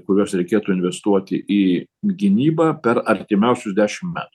kuriuos reikėtų investuoti į gynybą per artimiausius dešim met